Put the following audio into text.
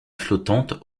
flottante